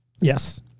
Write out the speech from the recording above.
Yes